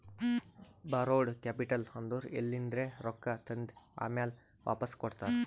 ಬಾರೋಡ್ capital ಅಂದುರ್ ಎಲಿಂದ್ರೆ ರೊಕ್ಕಾ ತಂದಿ ಆಮ್ಯಾಲ್ ವಾಪಾಸ್ ಕೊಡ್ತಾರ